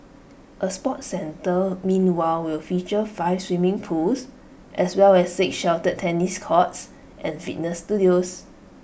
A sports centre meanwhile will feature five swimming pools as well as six sheltered tennis courts and fitness studios